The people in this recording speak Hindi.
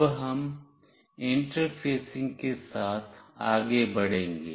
अब हम इंटरफेसिंग के साथ आगे बढ़ेंगे